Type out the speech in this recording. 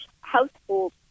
household